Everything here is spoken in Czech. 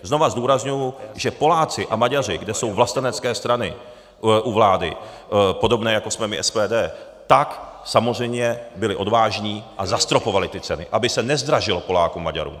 Znova zdůrazňuji, že Poláci a Maďaři, kde jsou vlastenecké strany u vlády, podobné jako jsme my, SPD, tak samozřejmě byli odvážní a zastropovali ty ceny, aby se nezdražilo Polákům, Maďarům.